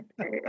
Okay